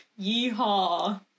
Yeehaw